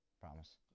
Promise